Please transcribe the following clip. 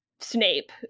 snape